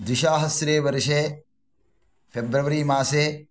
द्विसहस्रे वर्षे फेब्रवरी मासे